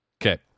Okay